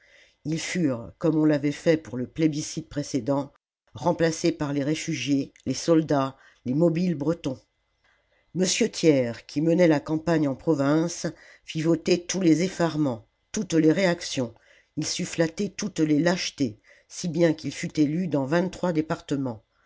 ils furent comme on l'avait fait pour le plébiscite précédent remplacés par les réfugiés les soldats les mobiles bretons la commune m thiers qui menait la campagne en province fit voter tous les effarements toutes les réactions il sut flatter toutes les lâchetés si bien qu'il fut élu dans vingt-trois départements